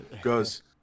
goes